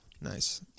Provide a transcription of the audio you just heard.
Nice